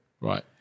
Right